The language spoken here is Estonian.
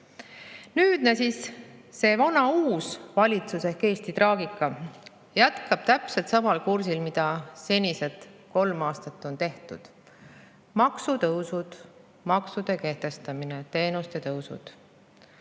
Nüüd see vana uus valitsus ehk Eesti traagika jätkab täpselt samal kursil, millel kolm aastat on [liigutud]. Maksutõusud, maksude kehtestamine, teenus[tasude] tõusud